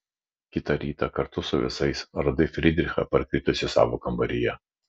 kitą rytą kartu su visais radai frydrichą parkritusį savo kambaryje